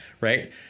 right